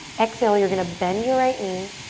exhale, you're gonna bend your right knee,